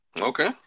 Okay